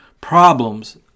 problems